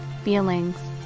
feelings